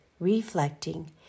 Reflecting